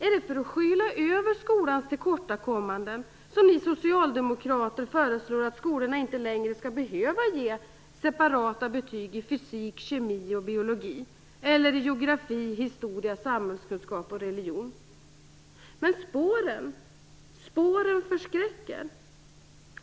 Är det för att skyla över skolans tillkortakommanden som ni socialdemokrater föreslår att skolorna inte längre skall behöva ge separata betyg i fysik, kemi och biologi eller i geografi, historia, samhällskunskap och religion? Spåren förskräcker.